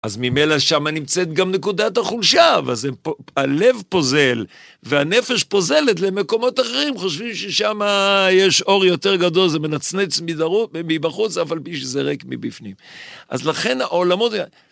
אז ממילא שמה נמצאת גם נקודת החולשה, אז הלב פוזל והנפש פוזלת למקומות אחרים. חושבים ששמה יש אור יותר גדול, זה מנצנץ מבחוץ, אבל שזה ריק מבפנים. אז לכן העולמות...